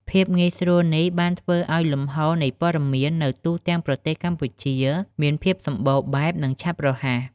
ភាពងាយស្រួលនេះបានធ្វើឱ្យលំហូរនៃព័ត៌មាននៅទូទាំងប្រទេសកម្ពុជាមានភាពសម្បូរបែប និងឆាប់រហ័ស។